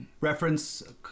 reference